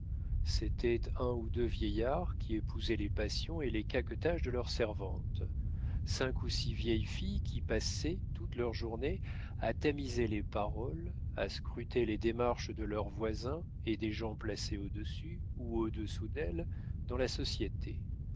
c'était un ou deux vieillards qui épousaient les passions et les caquetages de leurs servantes cinq ou six vieilles filles qui passaient toute leur journée à tamiser les paroles à scruter les démarches de leurs voisins et des gens placés au-dessus ou au-dessous d'elles dans la société